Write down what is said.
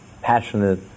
passionate